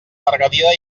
margarida